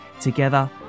Together